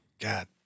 God